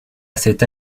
cette